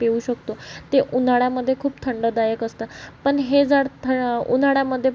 पिऊ शकतो ते उन्हाळ्यामध्ये खूप थंडदायक असतं पण हे झाड थ उन्हाळ्यामध्ये